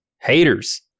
Haters